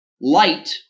light